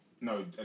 No